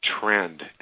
trend